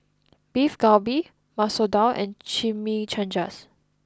Beef Galbi Masoor Dal and Chimichangas